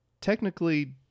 technically